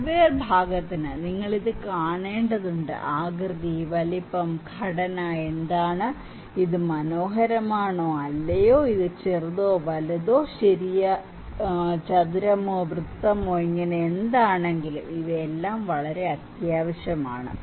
hardware ഭാഗത്തിന് നിങ്ങൾ ഇത് കാണേണ്ടതുണ്ട് ആകൃതി വലുപ്പം ഘടന എന്താണ് ഇത് മനോഹരമാണോ അല്ലയോ ഇത് വലുതോ ചെറുതോ ശരിയോ വൃത്തമോ ചതുരമോ ഇങ്ങനെ എന്താണെങ്കിലും ഇവയും വളരെ അത്യാവശ്യമാണ്